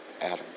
Adam